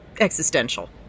existential